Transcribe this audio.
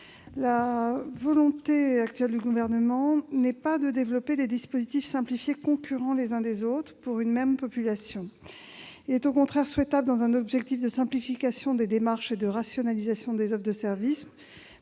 La volonté actuelle du Gouvernement n'est pas de développer des dispositifs simplifiés concurrents les uns des autres pour une même population. Il est au contraire souhaitable, dans un objectif de simplification des démarches et de rationalisation des offres de service,